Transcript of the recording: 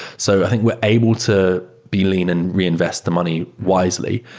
so i think we're able to be lean and reinvest the money wisely.